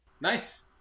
nice